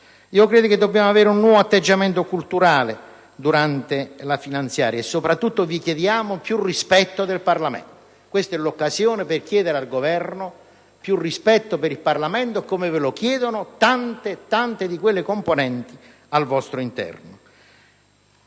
Credo che dobbiamo avere un nuovo atteggiamento culturale durante la finanziaria, e soprattutto vi chiediamo più rispetto del Parlamento: questa è l'occasione per chiedere al Governo più rispetto per il Parlamento, come lo chiedono anche tante e tante componenti al vostro interno.